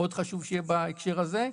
שיהיה בהקשר הזה.